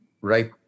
right